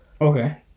Okay